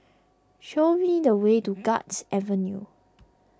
show me the way to Guards Avenue